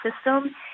system